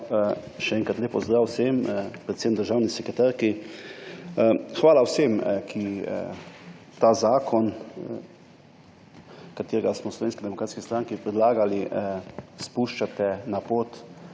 Še enkrat lep pozdrav vsem, predvsem državni sekretarki. Hvala vsem, ki ta zakon, ki smo v Slovenski demokratski stranki predlagali, spuščate na pot